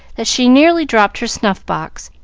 that she nearly dropped her snuff-box,